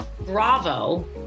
Bravo